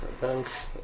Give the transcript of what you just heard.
Thanks